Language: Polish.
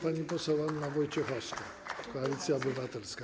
Pani poseł Anna Wojciechowska, Koalicja Obywatelska.